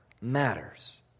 matters